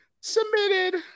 Submitted